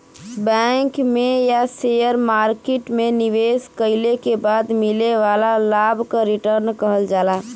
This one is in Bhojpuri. बैंक में या शेयर मार्किट में निवेश कइले के बाद मिले वाला लाभ क रीटर्न कहल जाला